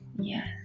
Yes